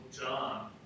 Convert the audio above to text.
John